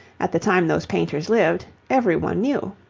at the time those painters lived, every one knew.